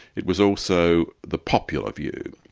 it was also the popular view.